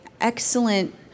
excellent